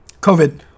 COVID